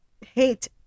hate